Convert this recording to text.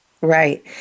Right